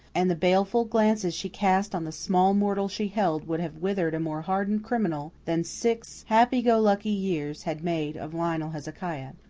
and the baleful glances she cast on the small mortal she held would have withered a more hardened criminal than six happy-go-lucky years had made of lionel hezekiah.